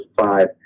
five